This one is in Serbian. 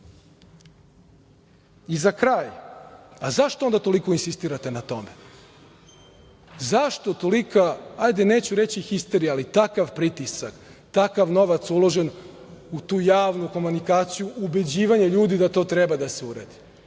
kraj, a zašto onda toliko insistirate na tome? Zašto tolika, ajde, neću reći histerija, ali takav pritisak, takav novac uložen u tu javnu komunikaciju ubeđivanja ljudi da to treba da se uradi?